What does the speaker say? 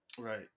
Right